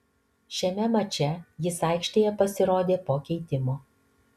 šiame mače jis aikštėje pasirodė po keitimo